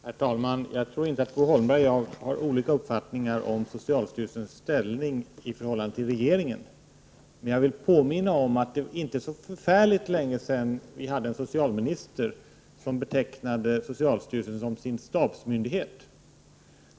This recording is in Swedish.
Herr talman! Jag tror inte att Bo Holmberg och jag har olika uppfattningar om socialstyrelsens ställning i förhållande till regeringen, men jag vill påminna om att det är inte så förfärligt länge sedan vi hade en socialminister som betecknade socialstyrelsen som sin stabsmyndighet.